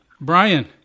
Brian